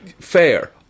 Fair